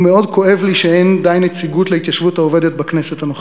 ומאוד כואב לי שאין די נציגות להתיישבות העובדת בכנסת הנוכחית.